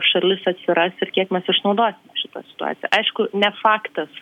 šalis atsiras ir kiek mes išnaudosim šitą situaciją aišku ne faktas